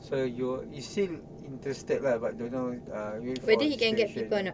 so you you still interested lah but don't know uh wait for situation